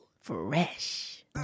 fresh